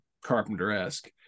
Carpenter-esque